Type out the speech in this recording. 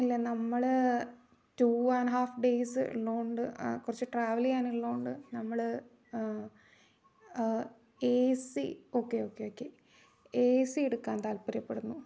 ഇല്ല നമ്മൾ two and half days ഉള്ളതുകൊണ്ട് കുറച്ചു ട്രാവൽ ചെയ്യാനുള്ളതു കൊണ്ട് നമ്മൾ A C okay okay okay A C എടുക്കാൻ താല്പര്യപ്പെടുന്നു